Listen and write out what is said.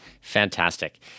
Fantastic